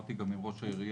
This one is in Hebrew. דיברתי גם עם ראש העירייה,